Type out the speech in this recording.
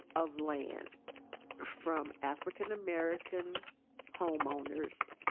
of land from african american homeowners